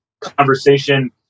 conversation